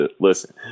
listen